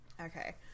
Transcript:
okay